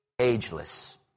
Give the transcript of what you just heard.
ageless